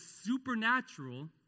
supernatural